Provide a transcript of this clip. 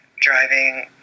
driving